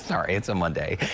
sorry, it's a monday.